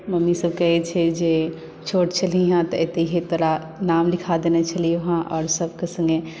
मम्मीसभ कहैत छै जे छोट छलही हेँ तऽ एतैहे तोरा नाम लिखा देने छलियौ हेँ आओर सभके सङ्गे